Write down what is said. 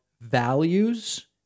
values